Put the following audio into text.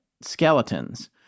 skeletons